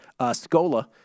Scola